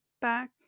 back